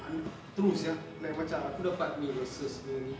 hun~ true sia like macam aku dapat ni punya ni